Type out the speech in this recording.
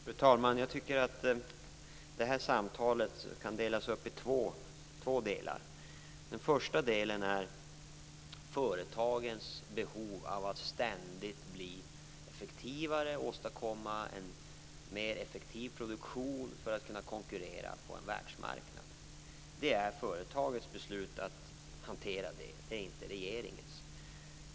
Fru talman! Jag tycker att det här samtalet kan delas upp i två delar. Den första delen gäller företagens behov av att ständigt åstadkomma en mer effektiv produktion för att kunna konkurrera på en världsmarknad. Det är företagets sak att hantera det - det är inte regeringens.